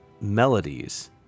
melodies